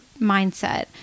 mindset